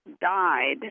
died